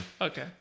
Okay